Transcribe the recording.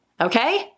Okay